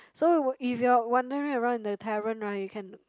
so were if you're wondering around in the tavern right you can